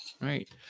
Right